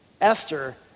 Esther